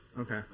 Okay